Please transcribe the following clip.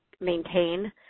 maintain